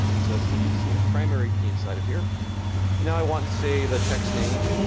so that's going to be, say, a primary key inside of here. and now i want say the text name.